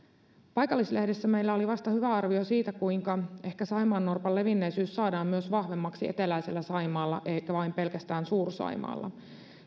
paikallislehdessä meillä oli vasta hyvä arvio siitä kuinka ehkä saimaannorpan levinneisyys saadaan myös vahvemmaksi eteläisellä saimaalla eikä vain pelkästään suur saimaalla